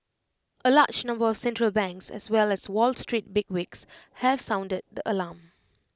A large number of central banks as well as wall street bigwigs have sounded the alarm